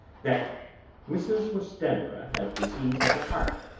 that mrs. westenra had disease of the heart,